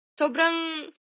sobrang